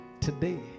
Today